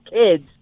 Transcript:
kids